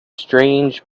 strange